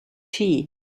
tea